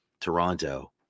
Toronto